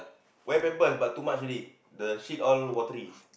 wear pamper but too much already the shit all watery